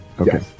Okay